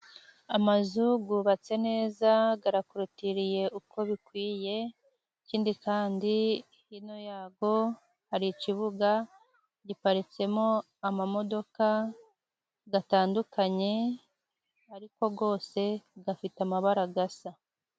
Amazu yubatse neza arakorotiriye uko bikwiriye, ikindi kandi hino yayo hari ikibuga giparitsemo amamodoka atandukanye, ariko yose afite amabara asa.